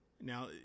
Now